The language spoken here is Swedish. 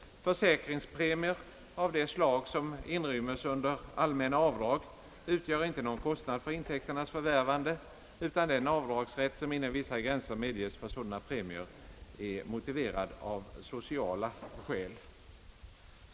Försäkringspremier av det slag som inrymmes under »allmänna avdrag» utgör inte någon kostnad för intäkternas förvärvande, utan den avdragsrätt som inom vissa gränser medges för sådana premier är motiverad av sociala skäl.